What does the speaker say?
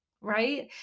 right